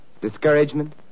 Discouragement